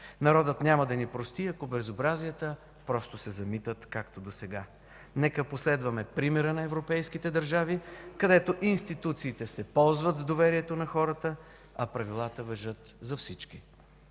Народът няма да ни прости, ако безобразията просто се замитат, както досега. Нека последваме примера на европейските държави, където институциите се ползват с доверието на хората, а правилата важат за всички.